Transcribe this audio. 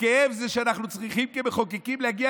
הכאב הוא שאנחנו צריכים כמחוקקים להגיע